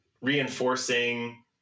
reinforcing